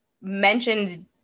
mentions